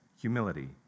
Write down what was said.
humility